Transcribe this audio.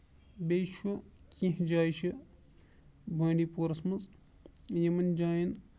بیٚیہِ چھُ کیٚنٛہہ جایہِ چھِ بنڈی پورَس منٛز یِمن جاین